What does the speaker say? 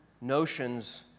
notions